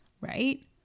Right